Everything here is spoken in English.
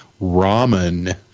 ramen